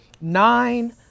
Nine